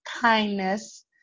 kindness